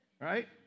Right